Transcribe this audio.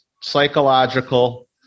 psychological